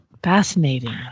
Fascinating